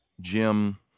Jim